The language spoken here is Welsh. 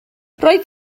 roedd